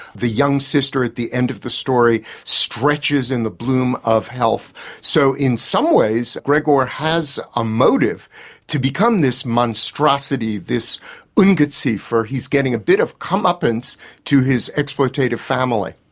the young sister at the end of the story stretches in the bloom of health. so in some ways gregor has a motive to become this monstrosity, this ungeziefer, he's getting a bit of come-uppance to his exploitative family.